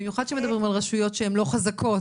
במיוחד שמדברים על רשויות שהן לא חזקות.